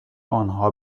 آنها